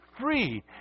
free